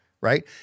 right